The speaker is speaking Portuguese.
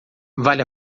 vale